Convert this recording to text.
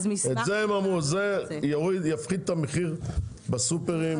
זה יפחית את המחיר בסופרים.